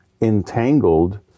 entangled